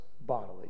bodily